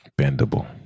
bendable